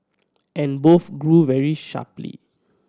and both grew very sharply